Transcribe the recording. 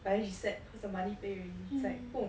but then she sad because the money pay already it's like 不懂